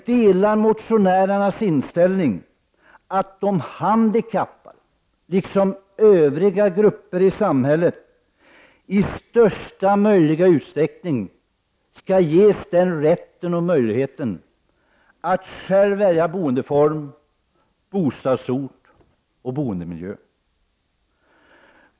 Vi delar motionärernas inställning att de handikappade, liksom övriga grupper i samhället, i största möjliga utsträckning skall ges den rätten och möjligheten att själva välja boendeform, bostadsort och boendemiljö.